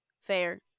fair